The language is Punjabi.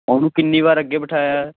ਉਹਨੂੰ ਕਿੰਨੀ ਵਾਰ ਅੱਗੇ ਬਿਠਾਇਆ ਹੈ